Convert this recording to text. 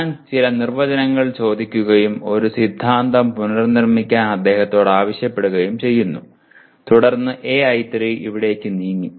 ഞാൻ ചില നിർവചനങ്ങൾ ചോദിക്കുകയും ഒരു സിദ്ധാന്തം പുനർനിർമ്മിക്കാൻ അദ്ദേഹത്തോട് ആവശ്യപ്പെടുകയും ചെയ്യുന്നു തുടർന്ന് AI3 ഇവിടേക്ക് നീങ്ങി